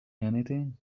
anything